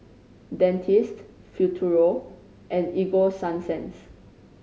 Dentiste Futuro and Ego Sunsense